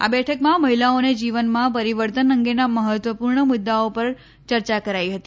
આ બેઠકમાં મહિલાઓના જીવનમાં પરિવર્તન અંગેના મહત્વપૂર્ણ મુદ્દાઓ પર ચર્ચા કરાઈ હતી